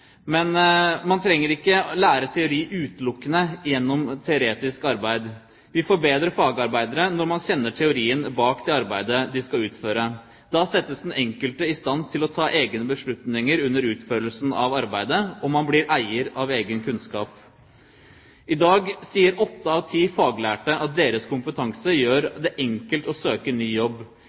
men man trenger ikke å lære teori utelukkende gjennom teoretisk arbeid. Vi får bedre fagarbeidere når de kjenner teorien bak det arbeidet de skal utføre. Da settes den enkelte i stand til å ta egne beslutninger under utførelsen av arbeidet, og man blir eier av egen kunnskap. I dag sier åtte av ti faglærte at deres kompetanse gjør det enkelt å søke ny jobb.